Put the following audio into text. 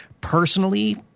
personally